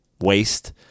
Waste